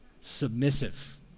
submissive